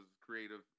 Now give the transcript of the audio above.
creative